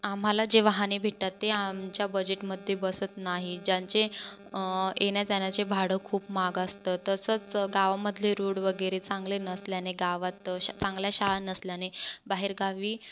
आम्हाला जे वाहने भेटतात ते आमच्या बजेटमध्ये बसत नाही ज्यांचे येण्याजाण्याचे भाडं खूप महाग असतं तसंच गावामधले रोड वगैरे चांगले नसल्याने गावात चांगल्या शाळा नसल्याने बाहेरगावी